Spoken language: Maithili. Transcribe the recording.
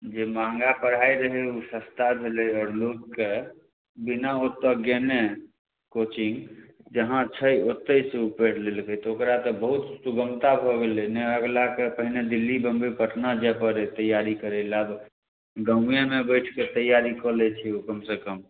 जे महगा पढ़ाइ रहै ओ सस्ता भेलै आओर लोकके बिना ओतऽ गेने कोचिङ्ग जहाँ छै ओत्तहिसँ ओ पढ़ि लेलकै तऽ ओकरा तऽ बहुत सुगमता भऽ गेलै ने अगिलाके पहिने दिल्ली बम्बइ पटना जाए पड़ै तैआरी करैलए आब गामेमे बैठिके तैआरी कऽ लै छै ओ कमसँ कम